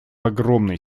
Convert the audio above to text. огромной